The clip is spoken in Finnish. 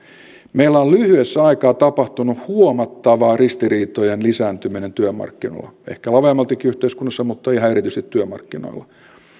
meillä on lyhyessä aikaa tapahtunut huomattava ristiriitojen lisääntyminen työmarkkinoilla ehkä laveammaltikin yhteiskunnassa mutta ihan erityisesti työmarkkinoilla